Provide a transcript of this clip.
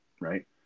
right